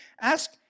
Ask